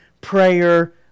prayer